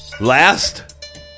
Last